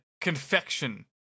confection